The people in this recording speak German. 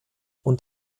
und